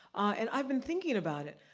and i've been thinking about it.